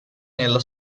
della